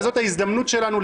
וזאת ההזדמנות שלנו,